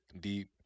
deep